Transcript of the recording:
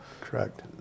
Correct